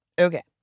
Okay